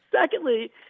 Secondly